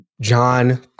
john